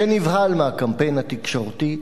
שנבהל מהקמפיין התקשורתי,